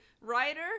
writer